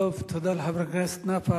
טוב, תודה לחבר הכנסת נפאע.